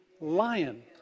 lion